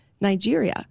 Nigeria